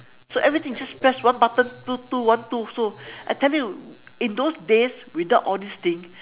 so everything you just press one button two two one two so I tell you in those days without all these thing